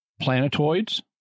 Planetoids